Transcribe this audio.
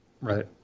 Right